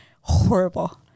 Horrible